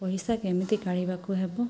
ପଇସା କେମିତି କାଢ଼ିବାକୁ ହେବ